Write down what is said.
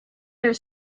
their